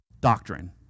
doctrine